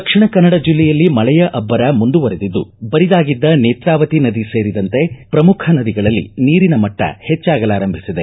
ದಕ್ಷಿಣ ಕನ್ನಡ ಜಿಲ್ಲೆಯಲ್ಲಿ ಮಳೆಯ ಅಭ್ಲರ ಮುಂದುವರಿದಿದ್ದು ಬರಿದಾಗಿದ್ದ ನೇತ್ರಾವತಿ ನದಿ ಸೇರಿದಂತೆ ಶ್ರಮುಖ ನದಿಗಳಲ್ಲಿ ನೀರಿನ ಮಟ್ಟ ಹೆಚ್ಚಾಗಲಾರಂಭಿಸಿದೆ